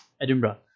Edinburgh